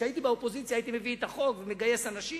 כשהייתי באופוזיציה הייתי מגיש את החוק ומגייס אנשים,